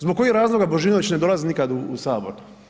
Zbog kojih razloga Božinović ne dolazi nikad u sabor?